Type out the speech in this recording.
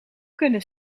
kunnen